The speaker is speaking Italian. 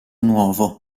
nuovo